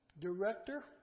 director